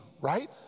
right